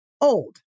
old